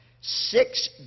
six